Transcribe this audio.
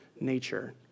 nature